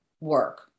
work